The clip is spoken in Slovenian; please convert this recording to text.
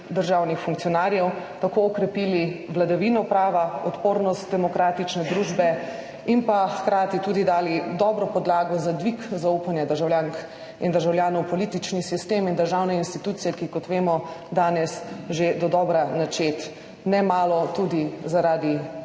državnih funkcionarjev, tako okrepili vladavino prava, odpornost demokratične družbe in pa hkrati tudi dali dobro podlago za dvig zaupanja državljank in državljanov v politični sistem in državne institucije, ki je, kot vemo, danes že dodobra načet, nemalo tudi zaradi